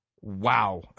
wow